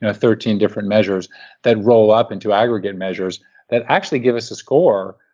ah thirteen different measures that roll up into aggregate measures that actually give us a score